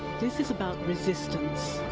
this is about resistance.